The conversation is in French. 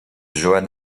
joan